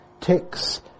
Ticks